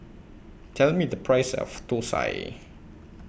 Tell Me The Price of Thosai